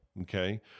okay